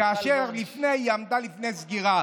כאשר לפני כן היא עמדה לפני סגירה.